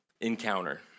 encounter